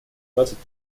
двадцать